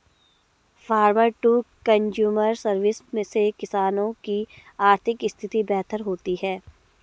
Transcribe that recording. farmer to consumer service से किसानों की आर्थिक स्थिति बेहतर होती है